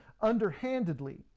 underhandedly